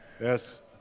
Yes